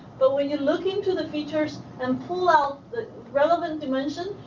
but when you're looking to the features and pull out the relevant dimension,